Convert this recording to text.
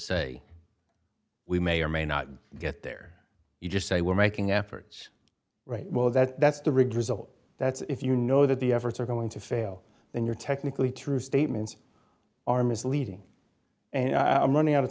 say we may or may not get there you just say we're making efforts right well that that's the rigged result that's if you know that the efforts are going to fail then you're technically true statements are misleading and i'm running out of